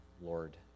Lord